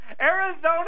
Arizona